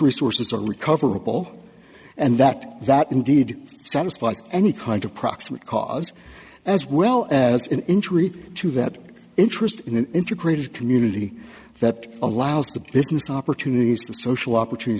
resources are recoverable and that that indeed satisfies any kind of proximate cause as well as an injury to that interest in an integrated community that allows the business opportunities the social opportunit